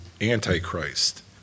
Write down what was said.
Antichrist